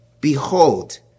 Behold